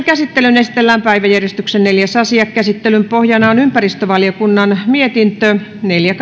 käsittelyyn esitellään päiväjärjestyksen neljäs asia käsittelyn pohjana on ympäristövaliokunnan mietintö neljä